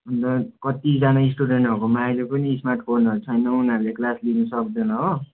अन्त कतिजना स्टुडेन्टहरूको अहिले पनि स्मार्ट फोनहरू छैन उनीहरूले क्लास लिनु सक्दैन हो